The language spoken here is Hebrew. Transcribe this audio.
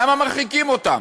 למה מרחיקים אותם?